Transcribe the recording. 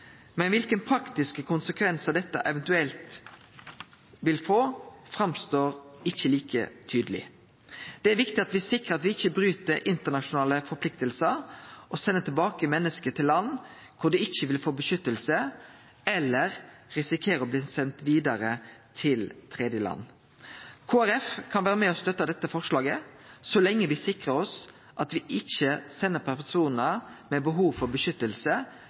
Men kva praktiske konsekvensar dette eventuelt vil få, er ikkje like tydeleg. Det er viktig at me sikrar at me ikkje bryt internasjonale forpliktingar og sender menneske tilbake til land der dei ikkje vil få beskyttelse eller risikerer å bli sende vidare til tredjeland. Kristeleg Folkeparti kan vere med og støtte dette forslaget så lenge me sikrar oss at me ikkje sender personar med behov for beskyttelse